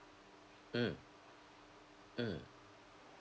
mm mm